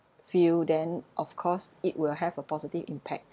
field then of course it will have a positive impact